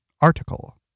article